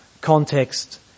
context